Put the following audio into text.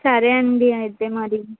సరే ఆండీ అయితే మరి